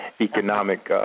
economic